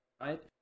right